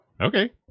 okay